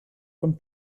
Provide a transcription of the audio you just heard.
von